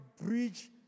bridge